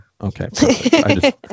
Okay